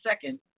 second